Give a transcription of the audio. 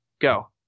Go